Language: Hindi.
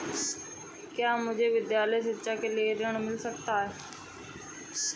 क्या मुझे विद्यालय शिक्षा के लिए ऋण मिल सकता है?